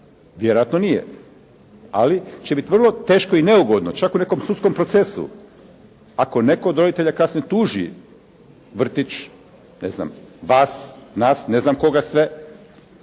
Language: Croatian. Vjerojatno nije. Ali će biti vrlo teško i neugodno, čak i nekom sudskom procesu ako netko od roditelja kasnije tuži vrtić, vas, nas, ne znam koga sve.